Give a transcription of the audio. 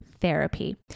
Therapy